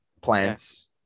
plants